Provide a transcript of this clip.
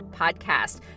podcast